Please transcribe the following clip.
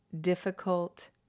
Difficult